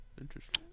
interesting